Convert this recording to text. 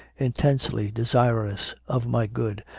intensely desirous of my good,